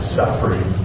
suffering